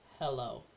hello